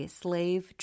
slave